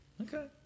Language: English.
okay